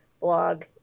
blog